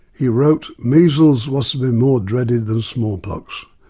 he wrote measles was to be more dreaded than smallpox,